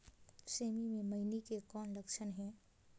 सेमी मे मईनी के कौन लक्षण हे?